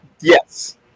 Yes